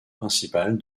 principale